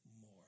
more